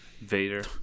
Vader